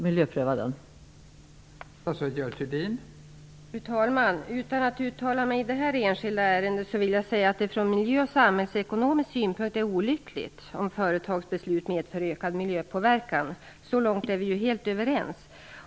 Miljödepartementet har ju det övergripande ansvaret.